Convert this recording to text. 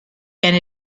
and